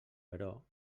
però